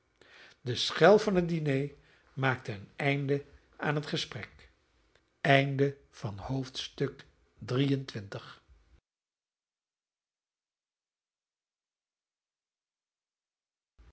de schel van het diner maakte een einde aan het gesprek